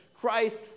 Christ